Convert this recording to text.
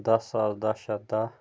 دَہ ساس دَہ شیٚتھ دَہ